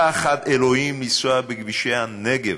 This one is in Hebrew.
פחד אלוהים לנסוע כבישי הנגב.